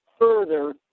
further